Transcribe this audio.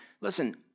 listen